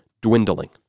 dwindling